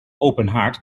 openhaard